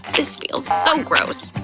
this feels so gross!